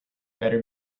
better